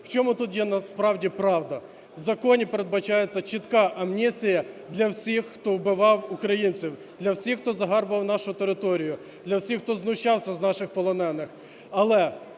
В чому тут є, насправді, правда. В законі передбачається чітка амністія для всіх, хто вбивав українців, для всіх, хто загарбував нашу територію, для всіх, хто знущався з наших полонених.